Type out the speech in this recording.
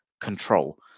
control